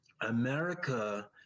America